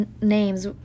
names